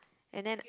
and then